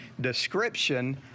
description